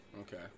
Okay